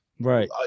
Right